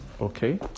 Okay